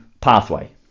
pathway